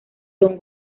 don